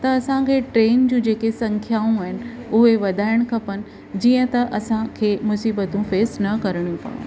त असां खे ट्रेन जूं जेके संख्याऊं आहिनि उहे वाधाइणु खपनि जीअं त असां खे मुसीबतूं फेस न करिणियूं पवनि